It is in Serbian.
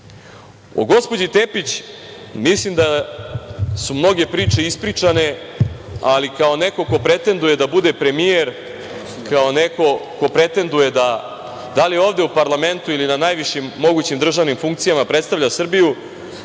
gospođi Tepić mislim da su mnoge priče ispričane, ali kao neko ko pretenduje da bude premijer, kao neko ko pretenduje, da li ovde u parlamentu ili na najvišim mogućim državnim funkcijama da predstavlja Srbiju,